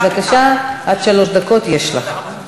בבקשה, עד שלוש דקות יש לך.